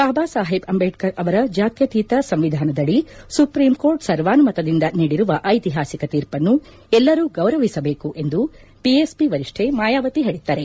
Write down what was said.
ಬಾಬಾ ಸಾಹೇಬ್ ಅಂಬೇಡ್ಕರ್ ಅವರ ಜಾತ್ವತೀತ ಸಂವಿಧಾನದಡಿ ಸುಪ್ರೀಂ ಕೋರ್ಟ್ ಸರ್ವಾನುಮತದಿಂದ ನೀಡಿರುವ ಐತಿಹಾಸಿಕ ತೀರ್ಪನ್ನು ಎಲ್ಲರೂ ಗೌರವಿಸಬೇಕು ಎಂದು ಬಿಎಸ್ಒಿ ವರಿಷ್ಣೆ ಮಾಯಾವತಿ ಹೇಳಿದ್ದಾರೆ